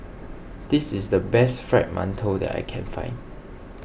this is the best Fried Mantou that I can find